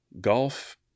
Golf